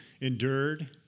endured